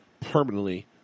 permanently